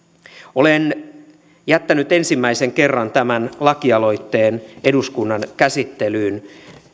olen jättänyt ensimmäisen kerran tämän lakialoitteen eduskunnan käsittelyyn